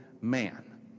man